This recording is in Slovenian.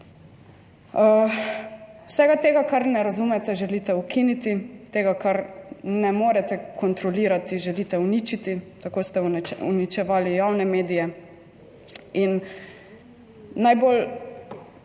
Vsega tega kar ne razumete, želite ukiniti, tega kar ne morete kontrolirati, želite uničiti, tako ste uničevali javne medije